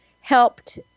helped